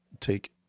take